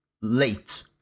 late